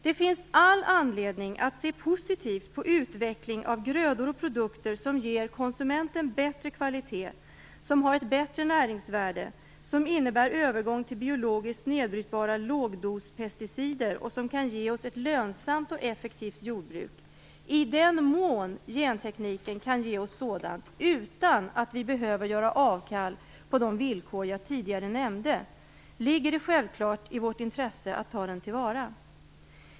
Det finns all anledning att se positivt på utveckling av grödor och produkter som ger konsumenten bättre kvalitet, som har ett bättre näringsvärde, som innebär övergång till biologiskt nedbrytbara lågdospesticider och som kan ge oss ett lönsamt och effektivt jordbruk. I den mån gentekniken kan ge oss sådant utan att vi behöver göra avkall på de villkor jag tidigare nämnde, ligger det självklart i vårt intresse att ta den till vara.